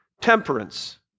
temperance